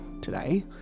today